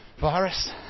virus